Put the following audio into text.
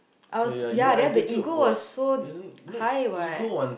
I was ya then the ego was so high what